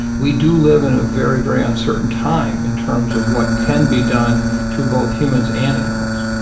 we do live in a very, very uncertain time in terms of what can be done to both humans and animals.